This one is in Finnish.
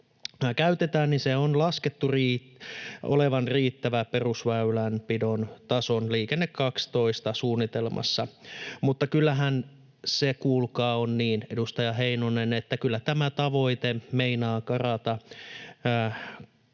käytetään, niin sen on laskettu olevan riittävä perusväylänpidon tasoon Liikenne 12 ‑suunnitelmassa. Mutta kyllähän se, kuulkaa, on niin, edustaja Heinonen, että tämä tavoite meinaa karata